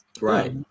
Right